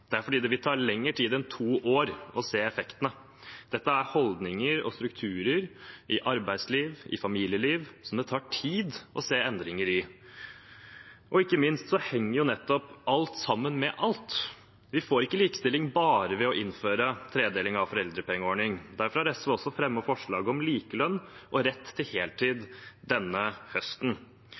Det er fordi det vil ta lengre tid enn to år å se effektene. Dette er holdninger og strukturer i arbeidsliv og familieliv som det tar tid å se endringer i. Ikke minst henger nettopp alt sammen med alt. Vi får ikke likestilling bare ved å innføre tredeling av foreldrepengeordning. Derfor har SV denne høsten også fremmet forslag om likelønn og rett til heltid,